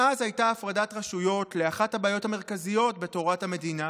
מאז הייתה 'הפרדת הרשויות' לאחת הבעיות המרכזיות בתורת המדינה